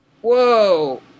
Whoa